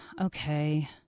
okay